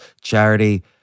charity